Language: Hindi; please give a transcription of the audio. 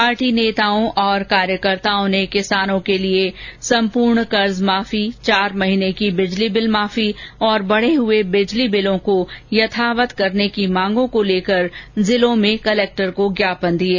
पार्टी नेताओं और कार्यकर्ताओं ने किसानों के लिए सम्पूर्ण कर्जमाफी चार महीने की बिजली बिल माफी और बढ़े हुए बिजली बिलों को यथावत करने की मांगों को लेकर जिलों में कलेक्टर को ज्ञापन दिये